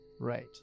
Right